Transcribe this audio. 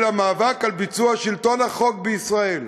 אלא מאבק על ביצוע שלטון החוק בישראל.